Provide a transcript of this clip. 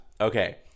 Okay